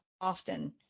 often